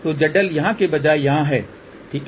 तो ZL यहाँ के बजाय यहाँ है ठीक है